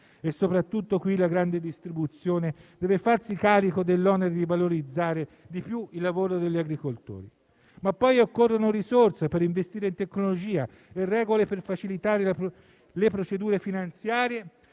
alla fonte. La grande distribuzione deve farsi carico dell'onere di valorizzare maggiormente il lavoro degli agricoltori. Occorrono, poi, risorse per investire in tecnologia e regole per facilitare le procedure finanziarie,